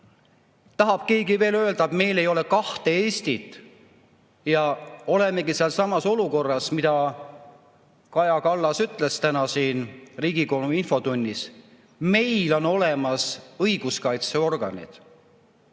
Tahab keegi veel öelda, et meil ei ole kahte Eestit ja me olemegi sellessamas olukorras, mida Kaja Kallas ütles täna siin Riigikogu infotunnis: meil on olemas õiguskaitseorganid?